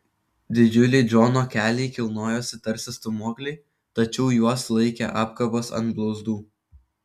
didžiuliai džono keliai kilnojosi tarsi stūmokliai tačiau juos laikė apkabos ant blauzdų